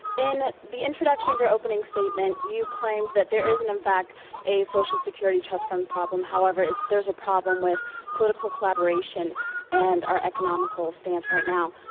in the introduction of your opening statement, you claimed that there isn't in fact a social security trust fund problem. however, there's a problem with political collaboration and our economical stance right now.